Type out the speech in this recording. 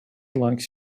likes